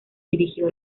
dirigió